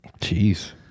Jeez